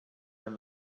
than